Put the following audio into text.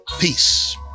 Peace